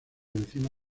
encima